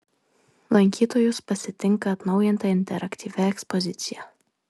lankytojus pasitinka atnaujinta interaktyvia ekspozicija